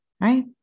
Right